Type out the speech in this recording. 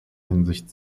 hinsicht